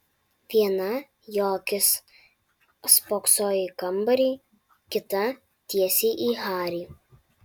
viena jo akis spoksojo į kambarį kita tiesiai į harį